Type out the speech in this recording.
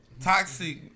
Toxic